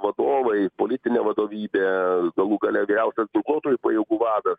vadovai politinė vadovybė galų gale vyriausias ginkluotųjų pajėgų vado